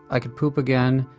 i could poop again,